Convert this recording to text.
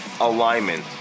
alignment